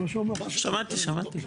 שמעתי, שמעתי.